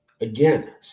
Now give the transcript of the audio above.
Again